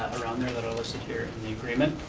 around there that are listed here in the agreement.